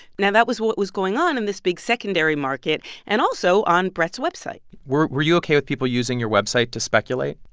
now, that was what was going on in this big secondary market and also on brett's website were were you ok with people using your website to speculate?